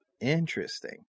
Interesting